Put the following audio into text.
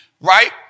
right